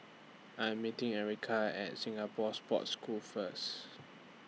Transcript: I Am meeting Ericka At Singapore Sports School First